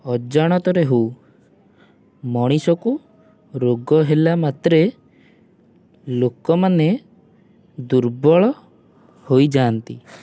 ଅଜାଣତରେ ହେଉ ମଣିଷକୁ ରୋଗ ହେଲା ମାତ୍ରେ ଲୋକମାନେ ଦୁର୍ବଳ ହୋଇଯାଆନ୍ତି